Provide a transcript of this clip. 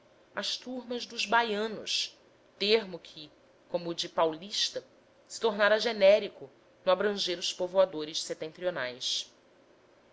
as turmas dos baianos termo que como o de paulista se tornara genérico no abranger os povoadores setentrionais